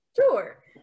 Sure